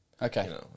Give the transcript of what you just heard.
Okay